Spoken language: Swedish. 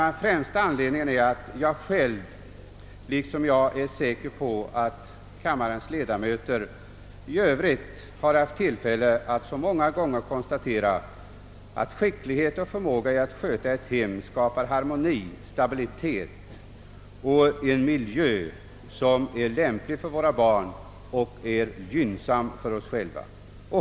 Men den främsta anledningen till min uppfattning i denna fråga är att jag själv, liksom kammarens övriga ledamöter, så många gånger haft tillfälle att konstatera, att förmåga och skicklighet att sköta ett hem skapar harmoni, stabilitet och en miljö, som är lämplig för våra barns fostran och gynnsam för oss själva.